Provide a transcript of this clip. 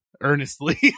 earnestly